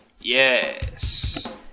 Yes